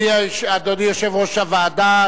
אדוני יושב-ראש הוועדה,